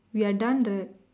we're done right